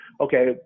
okay